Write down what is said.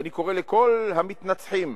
ואני קורא לכל המתנצחים